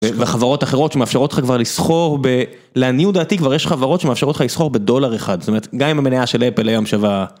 וחברות אחרות שמאפשרות לך כבר לסחור ב... לעניות דעתי כבר יש חברות שמאפשרות לך לסחור בדולר אחד, זאת אומרת, גם עם המנייה של אפל היום שווה...